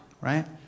right